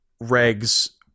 Reg's